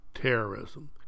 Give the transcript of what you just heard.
terrorism